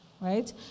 right